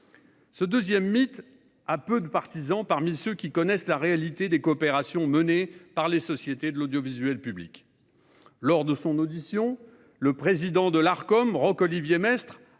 Ce deuxième mythe a peu de partisans parmi ceux qui connaissent la réalité des coopérations menées par les sociétés de l'audiovisuel public. Lors de son audition, le président de l'Arcom, Roch-Olivier Maistre,